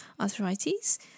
arthritis